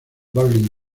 berlin